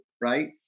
right